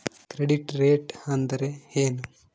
Credit rate ಅಂದರೆ ಏನು?